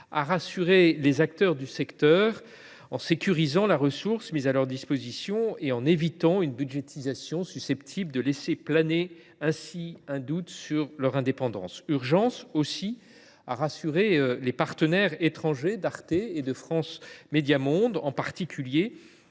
à rassurer les acteurs du secteur, en sécurisant la ressource mise à leur disposition et en évitant une budgétisation susceptible de laisser planer un doute sur leur indépendance. Urgence aussi à rassurer les partenaires étrangers d’Arte et de France Médias Monde et à garantir